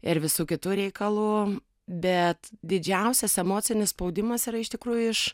ir visų kitų reikalų bet didžiausias emocinis spaudimas yra iš tikrųjų iš